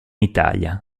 italia